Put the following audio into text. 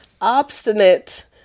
obstinate